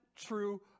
true